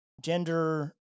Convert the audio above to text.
gender